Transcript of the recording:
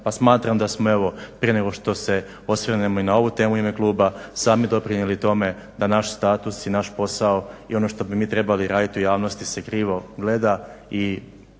Pa smatram da smo evo prije nego što se osvrnem i na ovu temu u ime kluba sami doprinijeli tome da naš status i naš posao i ono što bi mi trebali raditi u javnosti se krivo gleda